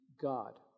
God